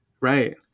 Right